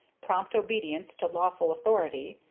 prompt obedience to lawful authority,